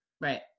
Right